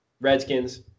Redskins